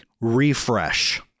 refresh